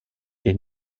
est